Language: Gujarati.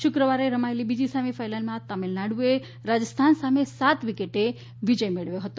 શુક્રવારે રમાયેલી બીજી સેમિફાઈનલમાં તમીળનાડુએ રાજસ્થાન સામે સાત વિકેટે વિજય મેળવ્યો હતો